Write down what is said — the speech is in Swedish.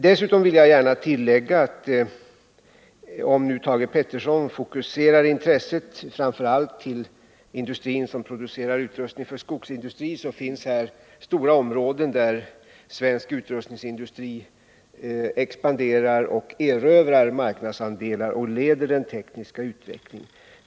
Jag vill tillägga att det finns stora områden där svensk utrustningsindustri expanderar och erövrar marknadsandelar samt leder den tekniska utvecklingen. Thage Peterson har fokuserat intresset framför allt till den industri som producerar utrustning för skogsindustrin.